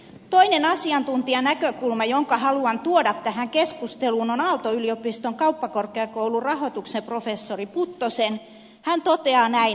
toinen asiantuntijanäkökulma jonka haluan tuoda tähän keskusteluun on aalto yliopiston kauppakorkeakoulun rahoituksen professori puttosen joka toteaa näin